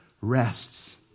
rests